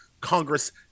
congress